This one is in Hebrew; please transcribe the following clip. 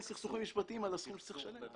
סכסוכים משפטיים על הסכום שצריך לשלם.